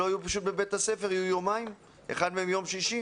יהיו יומיים כשיום אחד מהם הוא יום שישי?